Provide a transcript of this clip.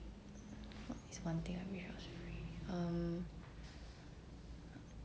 what is one thing I wish was free um